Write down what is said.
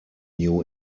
new